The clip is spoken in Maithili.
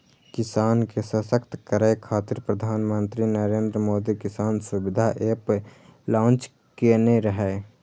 किसान के सशक्त करै खातिर प्रधानमंत्री नरेंद्र मोदी किसान सुविधा एप लॉन्च केने रहै